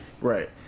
Right